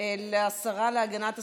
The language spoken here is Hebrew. לשרה להגנת הסביבה,